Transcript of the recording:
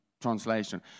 translation